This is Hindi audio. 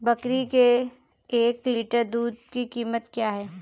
बकरी के एक लीटर दूध की कीमत क्या है?